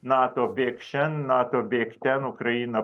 nato bėk šen nato bėk ten ukraina